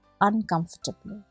uncomfortably